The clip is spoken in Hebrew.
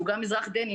שהוא גם אזרח דני,